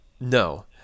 No